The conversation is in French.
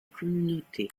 communauté